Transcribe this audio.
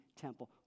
temple